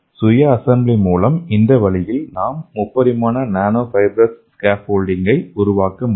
சுய அசெம்பிளி மூலம் இந்த வழியில் நாம் முப்பரிமாண நானோ ஃபைப்ரஸ் ஸ்கேஃபோல்டிங்கை உருவாக்க முடியும்